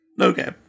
Okay